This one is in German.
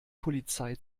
polizei